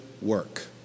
work